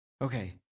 Okay